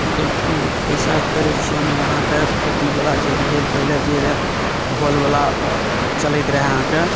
व्यवसाय करै छी हम अहाँकेँ खेती वला जे भेल पहिले जे रहै हर वला चलैत रहए अहाँकेँ